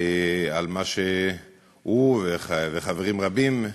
על מה שהוא וחברים רבים,